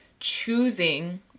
Choosing